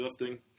lifting